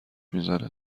میزنه